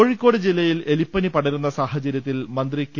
കോഴിക്കോട് ജില്ലയിൽ എലിപ്പനി പടരുന്ന സാഹചര്യത്തിൽ മന്ത്രി കെ